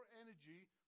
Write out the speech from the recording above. energy